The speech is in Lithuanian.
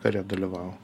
kare dalyvavo